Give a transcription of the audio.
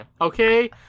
okay